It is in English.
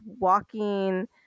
walking